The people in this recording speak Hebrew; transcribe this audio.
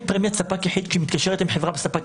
פרמיית ספק יחיד כי היא מתקשרת עם חברה וספק